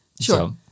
sure